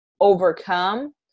overcome